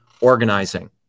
organizing